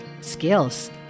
skills